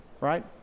right